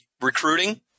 recruiting